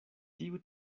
tiu